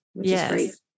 Yes